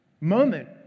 moment